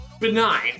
Benign